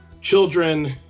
children